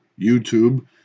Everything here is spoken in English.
YouTube